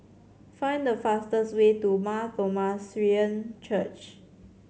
find the fastest way to Mar Thoma Syrian Church